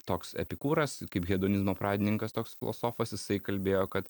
toks epikūras kaip hedonizmo pradininkas toks filosofas jisai kalbėjo kad